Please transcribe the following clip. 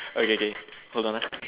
okay K hold on ah